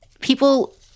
people